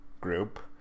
group